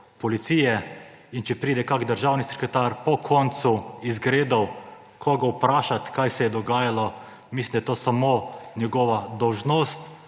policije in če pride kakšen državni sekretar po koncu izgredov koga vprašati, kaj se je dogajalo, mislim, da je to samo njegova dolžnost,